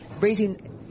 raising